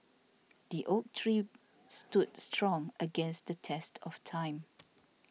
the oak tree stood strong against the test of time